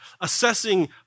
assessing